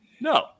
No